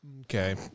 okay